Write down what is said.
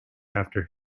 after